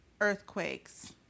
earthquakes